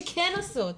שכן עושות,